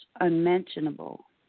unmentionable